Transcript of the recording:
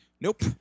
Nope